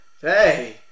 Hey